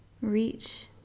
reach